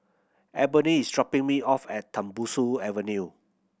Ebony is dropping me off at Tembusu Avenue